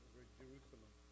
Jerusalem